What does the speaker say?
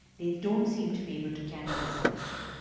they don't seem to be able to carry this person.